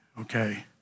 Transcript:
Okay